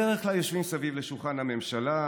הם בדרך כלל יושבים סביב שולחן הממשלה.